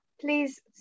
please